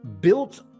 built